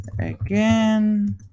again